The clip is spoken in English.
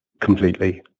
completely